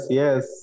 yes